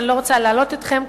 ואני לא רוצה להלאות אתכם.